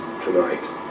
tonight